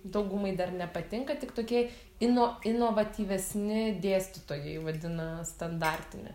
daugumai dar nepatinka tik tokie ino inovatyvesni dėstytojai vadina standartine